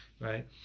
Right